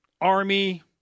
Army